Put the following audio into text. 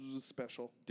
Special